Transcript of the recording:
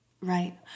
Right